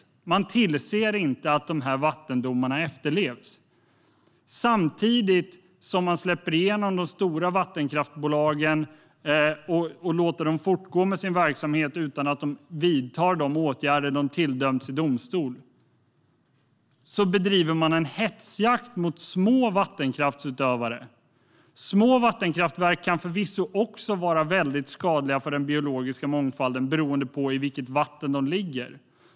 Och man tillser inte att de här vattendomarna efterlevs. Samtidigt som man släpper igenom de stora vattenkraftsbolagen och låter dem fortgå med sin verksamhet utan att de vidtar de åtgärder de i domstol har tilldömts att vidta bedriver man en hetsjakt mot små vattenkraftsutövare. Små vattenkraftverk kan förvisso också vara skadliga för den biologiska mångfalden beroende på i vilket vatten de ligger.